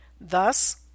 thus